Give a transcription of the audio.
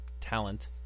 talent